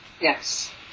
Yes